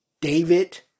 David